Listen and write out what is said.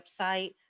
website